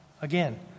Again